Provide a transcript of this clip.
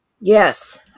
Yes